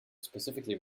specifically